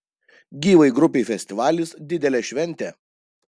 gyvai grupei festivalis didelė šventė